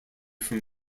from